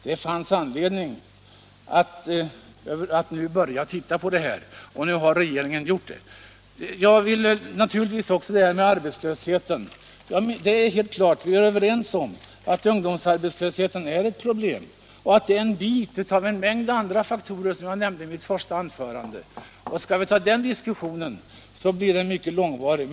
Det finns därför anledning att börja undersöka den här saken nu — och nu har regeringen gjort det. Om arbetslösheten vill jag säga att vi naturligtvis är överens om att ungdomsarbetslösheten är ett stort problem och att den är en följd av en mängd olika faktorer som jag nämnde i mitt första anförande. Men skall vi ta upp den diskussionen nu blir den mycket långvarig.